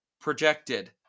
projected